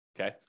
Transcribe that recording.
Okay